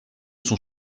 son